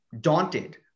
daunted